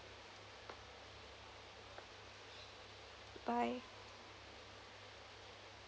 bye